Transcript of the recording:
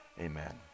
Amen